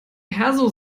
perso